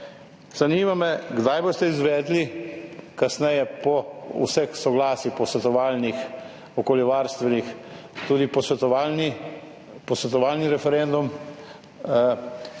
Zanima me: Kdaj boste izvedli, kasneje, po vseh soglasjih, posvetovalnih, okoljevarstvenih, tudi posvetovalni referendum?